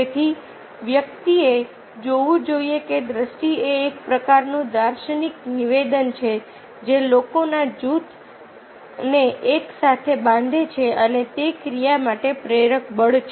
તેથી વ્યક્તિએ જોવું જોઈએ કે દ્રષ્ટિ એ એક પ્રકારનું દાર્શનિક નિવેદન છે જે લોકોના જૂથને એક સાથે બાંધે છે અને તે ક્રિયા માટે પ્રેરક બળ છે